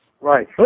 Right